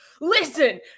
listen